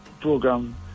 program